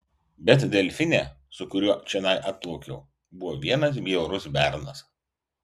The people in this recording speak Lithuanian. bet delfine su kuriuo čionai atplaukiau buvo vienas bjaurus bernas